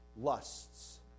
lusts